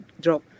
drop